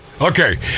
Okay